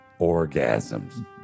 orgasms